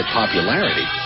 popularity